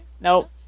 Nope